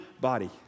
body